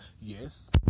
yes